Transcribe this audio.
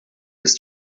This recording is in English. his